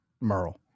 Merle